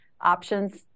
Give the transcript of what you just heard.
options